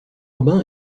urbain